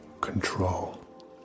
control